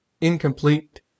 incomplete